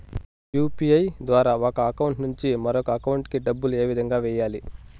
UPI ద్వారా ఒక account నుంచి మరొక అకౌంట్ కి డబ్బులు ఏ విధంగా వెయ్యాలి